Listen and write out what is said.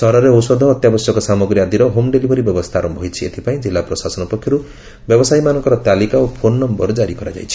ସହରରେ ଔଷଧ ଅତ୍ୟାବଶ୍ୟକ ସାମଗ୍ରୀ ଆଦିର ହୋମ୍ ଡେଲିଭରି ବ୍ୟବସ୍କା ଆର ଏଥିପାଇଁ ଜିଲ୍ଲ ପ୍ରଶାସନ ପକ୍ଷରୁ ବ୍ୟବସାୟୀମାନଙ୍କର ତାଲିକା ଓ ଫୋନ୍ ନମ୍ଘର ଜାରି ହୋଇଛି